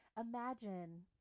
Imagine